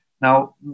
Now